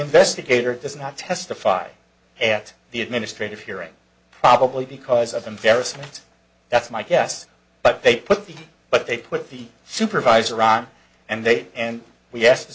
investigator does not testify at the administrative hearing probably because of embarrassment that's my guess but they put the but they put the supervisor ron and they and we asked the